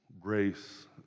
grace